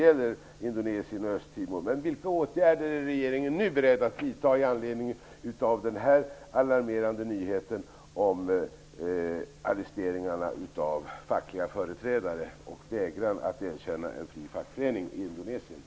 Den indonesiska regeringen vägrar, i strid med ILO-konventionen, att erkänna den fria fackföreningsrörelsen, vilket påtalats av den nu fängslade fackföreningsledaren Muchtar